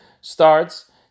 starts